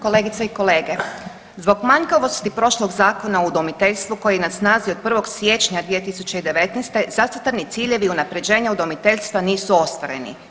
Kolegice i kolege, zbog manjkavosti prošlog Zakona o udomiteljstvu koji je na snazi od 1. siječnja 2019. zacrtani ciljevi unapređenja udomiteljstva nisu ostvareni.